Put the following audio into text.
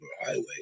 highway